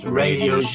radio